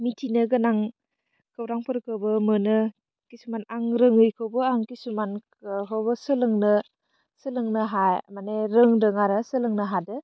मिथिनो गोनां खौरांफोरखौबो मोनो किसुमान आं रोङैखौबो आं किसुमानखौबो सोलोंनो सोलोंनो हा मानि रोंदों आरो सोलोंनो हादों